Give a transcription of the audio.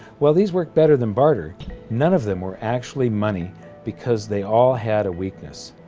while these worked better than barter none of them were actually money because they all had a weakness,